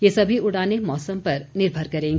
ये सभी उड़ान मौसम पर निर्भर करेगी